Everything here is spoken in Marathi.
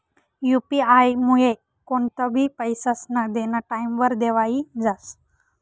यु.पी आयमुये कोणतंबी पैसास्नं देनं टाईमवर देवाई जास